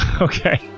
Okay